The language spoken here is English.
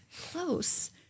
Close